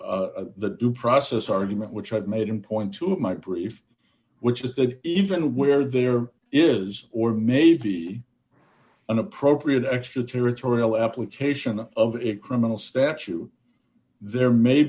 the due process argument which i've made in point two of my brief which is that even where there is or maybe an appropriate extraterritorial application of a criminal statute there may